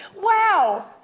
Wow